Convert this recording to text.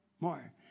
more